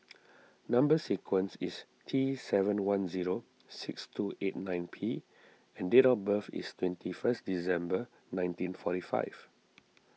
Number Sequence is T seven one zero six two eight nine P and date of birth is twenty first December nineteen forty five